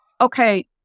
okay